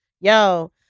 yo